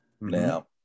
Now